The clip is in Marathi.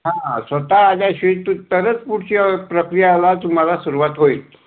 हा स्वतः आल्या तरच पुढच्या प्रक्रियाला तुम्हाला सुरुवात होईल